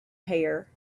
hair